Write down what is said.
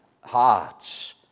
hearts